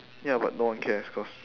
ya but no one cares cause